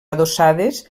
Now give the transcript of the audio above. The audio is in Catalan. adossades